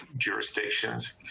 jurisdictions